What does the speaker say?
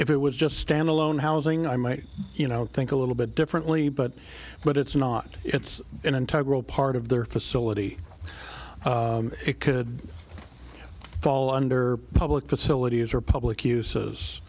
if it was just stand alone housing i might you know think a little bit differently but but it's not it's an integral part of their facility it could fall under public facilities or public uses